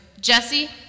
Jesse